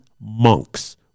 monks